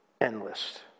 endless